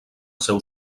seu